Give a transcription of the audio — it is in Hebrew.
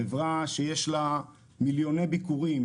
חברה שיש לה מיליוני ביקורים,